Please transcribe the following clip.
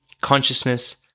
consciousness